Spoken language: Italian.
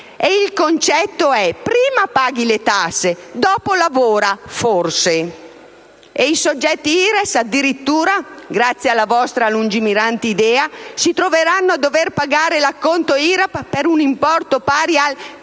Il concetto è: prima paghi le tasse, dopo lavori. Forse. E i soggetti IRES addirittura, grazie alla vostra lungimirante idea, si troveranno a dover pagare l'acconto IRAP per un importo pari al